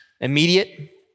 immediate